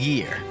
Year